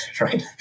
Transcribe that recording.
Right